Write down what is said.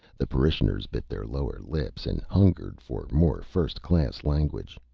the parishioners bit their lower lips and hungered for more first-class language.